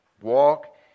Walk